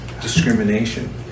discrimination